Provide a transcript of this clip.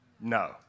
No